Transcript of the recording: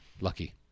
Lucky